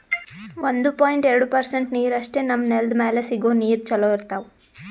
ಒಂದು ಪಾಯಿಂಟ್ ಎರಡು ಪರ್ಸೆಂಟ್ ನೀರಷ್ಟೇ ನಮ್ಮ್ ನೆಲ್ದ್ ಮ್ಯಾಲೆ ಸಿಗೋ ನೀರ್ ಚೊಲೋ ಇರ್ತಾವ